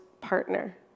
partner